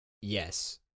Yes